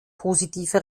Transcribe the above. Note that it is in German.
positive